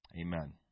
Amen